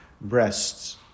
breasts